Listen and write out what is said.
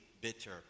bitter